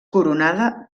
coronada